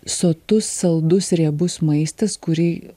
sotus saldus riebus maistas kurį